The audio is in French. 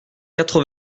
quatre